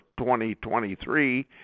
2023